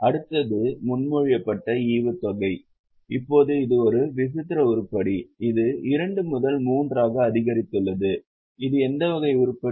அடுத்தது முன்மொழியப்பட்ட ஈவுத்தொகை இப்போது இது ஒரு விசித்திர உருப்படி இது 2 முதல் 3 ஆக அதிகரித்துள்ளது இது எந்த வகை உருப்படி